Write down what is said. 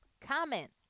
comment